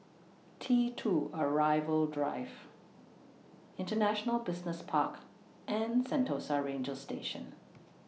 T two Arrival Drive International Business Park and Sentosa Ranger Station